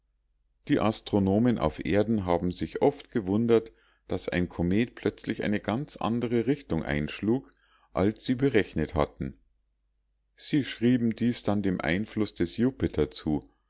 die astronomen auf erden haben sich oft gewundert daß ein komet plötzlich eine ganz andere richtung einschlug als sie berechnet hatten sie schrieben dies dann dem einfluß des jupiter zu